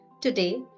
today